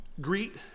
Greet